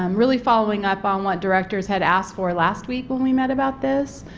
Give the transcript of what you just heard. um really following up on what directors had asked for last week when we met about this.